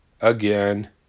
Again